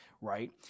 right